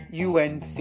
UNC